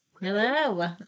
Hello